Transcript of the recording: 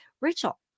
Rachel